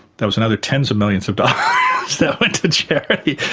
that was another tens of millions of dollars that went to charity.